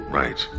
right